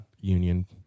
Union